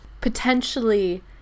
Potentially